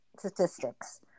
statistics